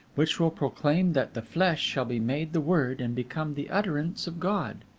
which will proclaim that the flesh shall be made the word and become the utterance of god.